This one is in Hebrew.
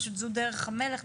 פשוט זו דרך המלך,